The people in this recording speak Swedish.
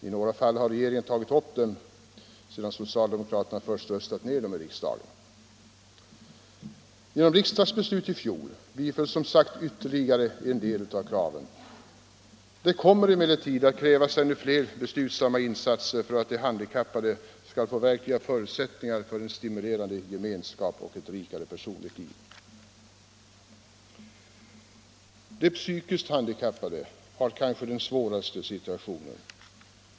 I några fall har regeringen tagit upp dem, sedan socialdemokraterna först röstat ned dem i riksdagen. Genom riksdagsbeslut i fjol bifölls som sagt ytterligare en del av kraven. Det kommer emellertid att krävas ännu fler beslutsamma insatser för att de handikappade skall få verkliga förutsättningar för en stimulerande gemenskap och ett rikare personligt liv. De psykiskt handikappade har kanske den svåraste situationen.